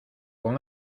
con